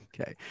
Okay